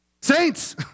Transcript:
Saints